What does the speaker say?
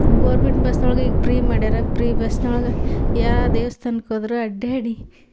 government bus ಒಳ್ಗೆ ಈಗ free ಮಾಡ್ಯಾರ ಪ್ರೀ ಬಸ್ನೊಳ್ಗೆ ಯಾ ದೇವ್ಸ್ಥಾನಕ್ಕೆ ಹೋದ್ರು ಅಡ್ಡಾಡಿ